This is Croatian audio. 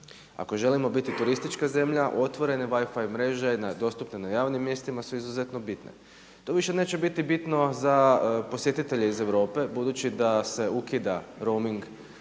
Ako želimo biti turistička zemlja otvorene WiFi mreže dostupne na javnim mjestima su izuzetno bitne. Tu više neće biti bitno za posjetitelje iz Europe budući se ukida rooming